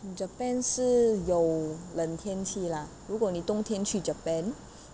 in japan 是有冷天气 lah 如果你冬天去 japan